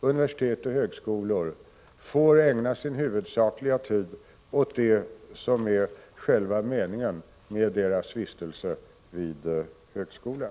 universitet och högskolor får ägna sin huvudsakliga tid åt det som är syftet med deras vistelse vid högskolan.